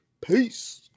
Peace